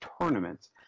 tournaments